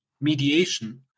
mediation